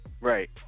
Right